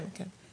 כן, כן.